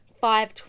five